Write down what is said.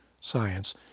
science